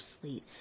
sleep